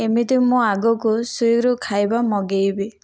ଏମିତି ମୁଁ ଆଗକୁ ସ୍ଵିଗିରୁ ଖାଇବା ମଗେଇବି